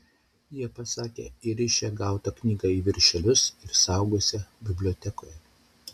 jie pasakė įrišią gautą knygą į viršelius ir saugosią bibliotekoje